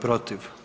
protiv?